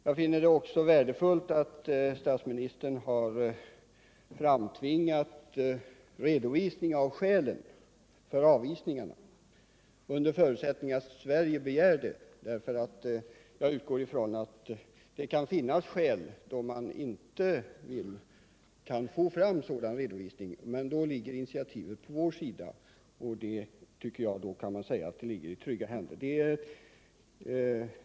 Jag finner det också värdefullt att statsministern har framtvingat att det lämnas en redovisning för skälen till avvisningarna, för den händelse Sverige begär en sådan. Jag utgår nämligen ifrån att det kan finnas fall, när det inte är möjligt att få en sådan redovisning, men då ligger initiativet på vår sida. Och då tycker jag man kan säga att det ligger i trygga händer.